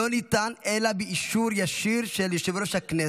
ולא ניתן אלא באישור ישיר של יושב-ראש הכנסת.